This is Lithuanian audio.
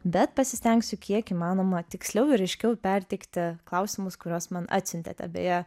bet pasistengsiu kiek įmanoma tiksliau ir aiškiau perteikti klausimus kuriuos man atsiuntėte beje